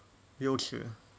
六次